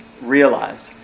realized